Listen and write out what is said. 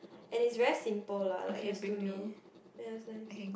and it's very simple lah like the studio it was nice